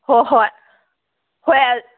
ꯍꯣꯏ ꯍꯣꯏ ꯍꯣꯏ